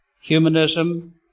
humanism